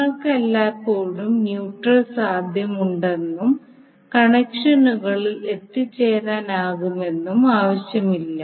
നിങ്ങൾക്ക് എല്ലായ്പ്പോഴും ന്യൂട്രൽ സാന്നിധ്യമുണ്ടെന്നും കണക്ഷനുകളിൽ എത്തിച്ചേരാനാകുമെന്നും ആവശ്യമില്ല